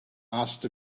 asked